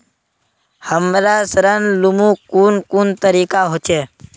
हमरा ऋण लुमू कुन कुन तरीका होचे?